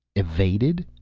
evaded?